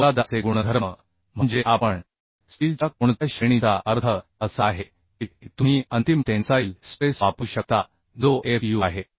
पोलादाचे गुणधर्म म्हणजे आपण कोणत्या प्रकारच्या पोलादाकडे जात आहोत स्टीलच्या कोणत्या श्रेणीचा अर्थ असा आहे की तुम्ही अंतिम टेन्साईल स्ट्रेस वापरू शकता जो Fu आहे